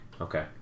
Okay